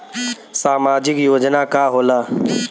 सामाजिक योजना का होला?